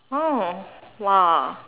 oh !wah!